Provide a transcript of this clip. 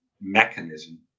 mechanism